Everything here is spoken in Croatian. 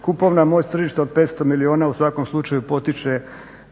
Kupovna moć tržišta od 500 milijuna u svakom slučaju potiče